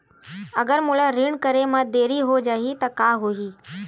अगर मोला ऋण करे म देरी हो जाहि त का होही?